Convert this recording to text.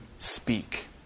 Speak